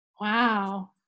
Wow